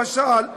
למשל,